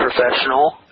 professional